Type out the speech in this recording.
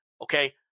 okay